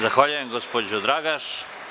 Zahvaljujem gospođo Dragaš.